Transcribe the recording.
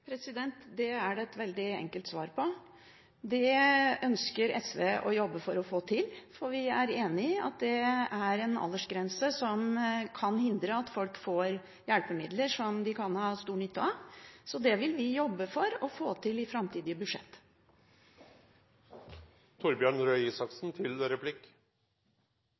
Det er det et veldig enkelt svar på. Det ønsker SV å jobbe for å få til, for vi er enig i at det er en aldersgrense som kan hindre at folk får hjelpemidler som de kan ha stor nytte av. Så det vil vi jobbe for å få til i framtidige